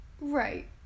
Right